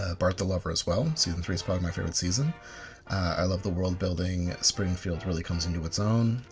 ah bart the lover as well. season three is probably my favourite season i love the world-building, springfield really comes into its own,